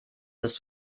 dass